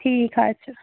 ٹھیٖک حظ چھُ